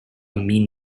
mean